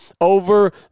over